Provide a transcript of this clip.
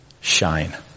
shine